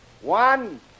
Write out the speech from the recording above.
One